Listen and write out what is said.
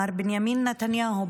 מר בנימין נתניהו,